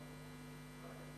הכנסת,